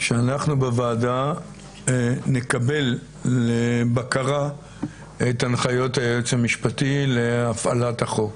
שאנחנו בוועדה נקבל לבקרה את הנחיות היועץ המשפטי להפעלת החוק.